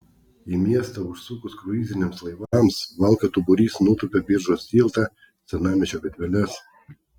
į miestą užsukus kruiziniams laivams valkatų būrys nutūpia biržos tiltą senamiesčio gatveles